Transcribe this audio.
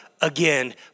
again